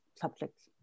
subjects